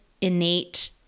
innate